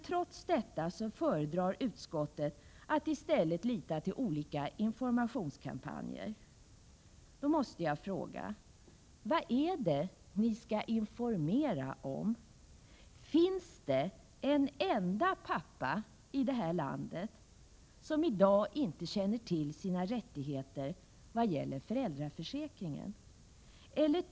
Trots detta föredrar utskottet att i stället lita till olika informationskampanjer. Jag måste då fråga: Vad är det ni skall informera om? Finns det en enda pappa i det här landet i dag som inte känner till sina rättigheter vad gäller föräldraförsäkringen?